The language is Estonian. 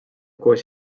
koos